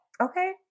Okay